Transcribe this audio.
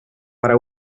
para